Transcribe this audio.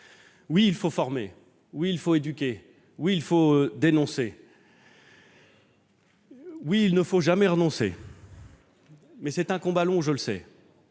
Oui, il faut former ! Oui, il faut éduquer ! Oui, il faut dénoncer ! Oui, il ne faut jamais renoncer ! Mais c'est un combat long, je le sais.